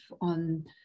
on